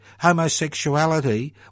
Homosexuality